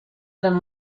eran